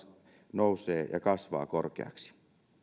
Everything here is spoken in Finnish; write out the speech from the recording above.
nousee ja kasvaa korkeaksi